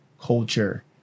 culture